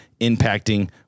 impacting